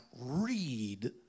read